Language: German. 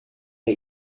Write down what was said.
der